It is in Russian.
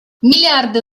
миллиарды